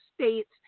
states